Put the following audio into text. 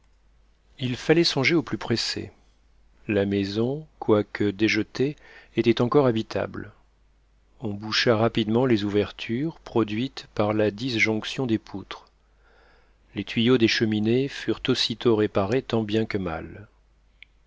il fallait songer au plus pressé la maison quoique déjetée était encore habitable on boucha rapidement les ouvertures produites par la disjonction des poutres les tuyaux des cheminées furent aussitôt réparés tant bien que mal